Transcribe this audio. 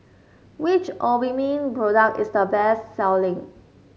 which Obimin product is the best selling